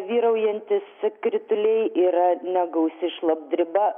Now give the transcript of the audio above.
vyraujantis krituliai yra negausi šlapdriba